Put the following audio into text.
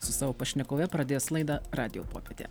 su savo pašnekove pradės laida radijo popietė